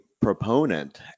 proponent